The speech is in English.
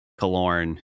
Kalorn